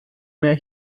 mehr